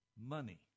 money